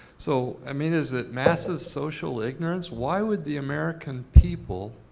so i mean, is it massive social ignorance? why would the american people,